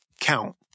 count